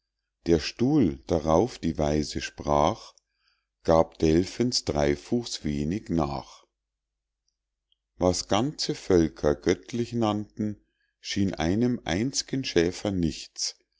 der stuhl darauf die weise sprach gab delphens dreifuß wenig nach was ganze völker göttlich nannten schien einem einz'gen schäfer nichts